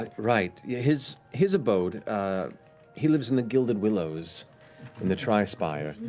ah right. yeah his his abode he lives in the gilded willows in the tri-spires.